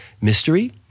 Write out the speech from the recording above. mystery